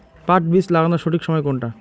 পাট বীজ লাগানোর সঠিক সময় কোনটা?